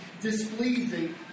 displeasing